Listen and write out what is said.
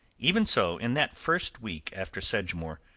even so, in that first week after sedgemoor,